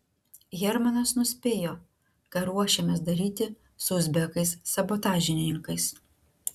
hermanas nuspėjo ką ruošiamės daryti su uzbekais sabotažininkais